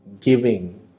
giving